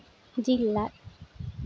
ᱡᱤᱞ ᱞᱟᱫᱽ